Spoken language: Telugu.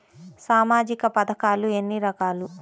సామాజిక పథకాలు ఎన్ని రకాలు?